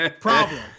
problem